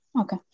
Okay